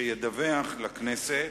שידווח לכנסת,